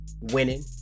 winning